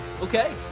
Okay